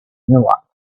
miller